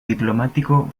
diplomático